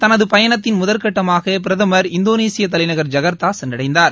தனது பயணத்தின் முதற்கட்டமாக பிரதமர் இந்தோனேஷிய தலைநகர் ஐகார்த்தா சென்றடைந்தார்